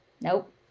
Nope